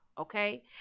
okay